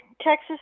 Texas